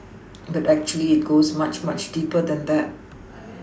but actually it goes much much deeper than that